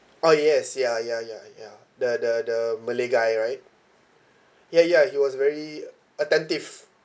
oh yes ya ya ya ya the the the malay guy right ya ya he was very attentive